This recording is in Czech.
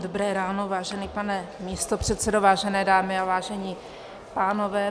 Dobré ráno, vážený pane místopředsedo, vážené dámy a vážení pánové.